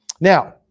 Now